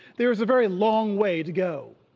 there is a very long way to go.